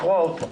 לקרוע אותו.